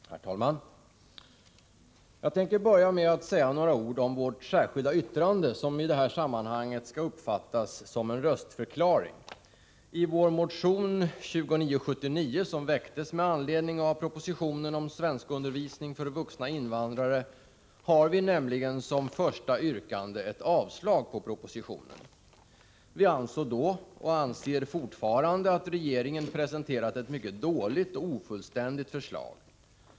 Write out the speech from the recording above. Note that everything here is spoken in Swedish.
Herr talman! Jag tänker börja med att säga några ord om vårt särskilda yttrande, som i det här sammanhanget skall uppfattas som en röstförklaring. I vår motion 2979, som väcktes med anledning av propositionen om svenskundervisning för vuxna invandrare, har vi nämligen som första yrkande ett avslag på propositionen. Vi ansåg då, och anser fortfarande, att regeringen presenterat ett mycket dåligt och ofullständigt förslag.